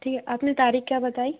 ठीक है आपने तारीख़ क्या बताई